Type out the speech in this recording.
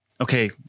okay